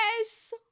Yes